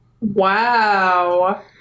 Wow